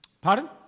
Pardon